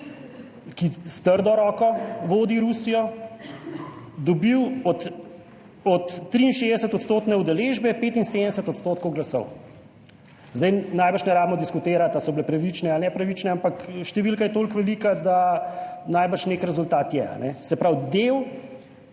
ki s trdo roko vodi Rusijo, dobil 63-odstotne udeležbe 75 % glasov. Zdaj najbrž ne rabimo diskutirati ali so bile pravične ali ne pravične, ampak številka je toliko velika, da najbrž nek rezultat je, se pravi, del